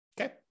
okay